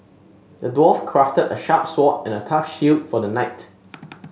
the dwarf crafted a sharp sword and a tough shield for the knight